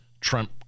Trump